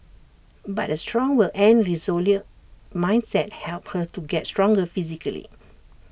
but A strong will and resolute mindset helped her to get stronger physically